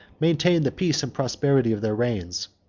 maintained the peace and prosperity of their reigns.